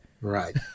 Right